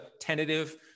tentative